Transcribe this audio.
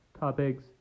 topics